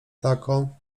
taką